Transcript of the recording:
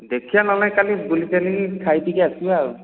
ଦେଖିବା ନହେଲେ କାଲି ନହେଲେ ବୁଲି ଚାଲିକି ଖାଇ ପିଇକି ଆସିବା ଆଉ